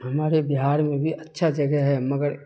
ہمارے بہار میں بھی اچھا جگہ ہے مگر